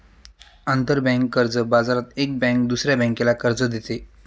आंतरबँक कर्ज बाजारात एक बँक दुसऱ्या बँकेला कर्ज देते